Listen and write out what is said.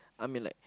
I mean like